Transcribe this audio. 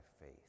faith